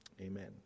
Amen